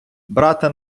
брати